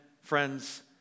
friends